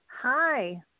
Hi